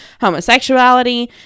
homosexuality